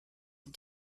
and